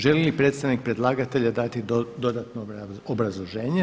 Želi li predstavnik predlagatelja dati dodatno obrazloženje?